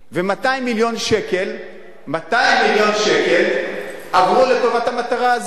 ו-200 מיליון שקל עברו לטובת המטרה הזאת.